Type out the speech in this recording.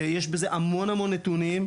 יש בזה המון המון נתונים.